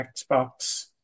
Xbox